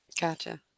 Gotcha